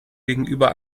gegenüber